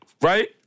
Right